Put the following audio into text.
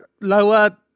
lower